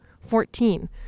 Fourteen